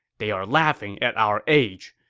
they are laughing at our age.